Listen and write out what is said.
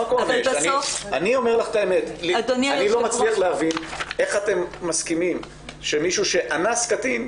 אני לא מצליח להבין איך אתם מסכימים שמישהו שאנס קטין,